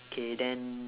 K then